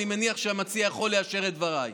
אני מניח שהמציע יכול לאשר את דבריי.